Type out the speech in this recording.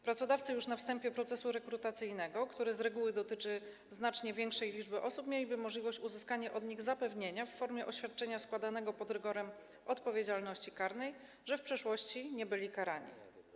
Pracodawcy już na wstępie procesu rekrutacyjnego, który z reguły dotyczy znacznie większej liczby osób, mieliby możliwość uzyskania od nich zapewnienia w formie oświadczenia składanego pod rygorem odpowiedzialności karnej, że w przeszłości nie były one karane.